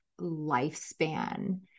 lifespan